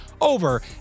over